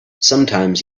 sometimes